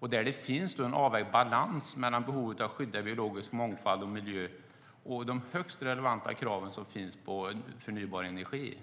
där det finns en avvägd balans mellan behovet av att skydda biologisk mångfald och miljö och de högst relevanta krav som finns på förnybar energi.